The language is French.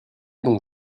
dont